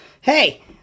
hey